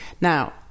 now